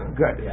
good